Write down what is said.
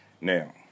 Now